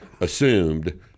assumed